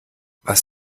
was